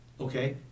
Okay